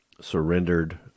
surrendered